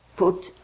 put